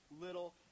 little